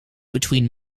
between